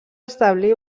establir